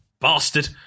Bastard